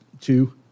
two